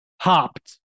hopped